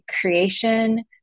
creation